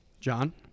John